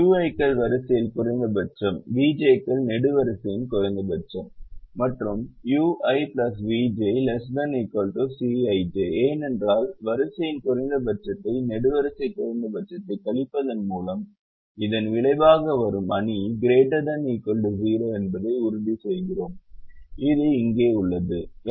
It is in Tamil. Ui கள் வரிசையின் குறைந்தபட்சம் vj கள் நெடுவரிசை குறைந்தபட்சம் மற்றும் ui vj ≤ Cij ஏனென்றால் வரிசையின் குறைந்தபட்சத்தையும் நெடுவரிசை குறைந்தபட்சத்தையும் கழிப்பதன் மூலம் இதன் விளைவாக வரும் அணி ≥ 0 என்பதை உறுதிசெய்கிறோம் இது இங்கே உள்ளது